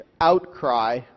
outcry